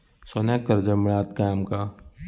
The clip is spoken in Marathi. सोन्याक कर्ज मिळात काय आमका?